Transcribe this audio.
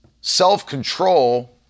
Self-control